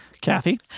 Kathy